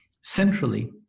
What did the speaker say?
centrally